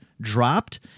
dropped